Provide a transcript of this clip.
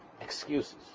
Excuses